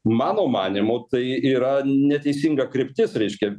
mano manymu tai yra neteisinga kryptis reiškia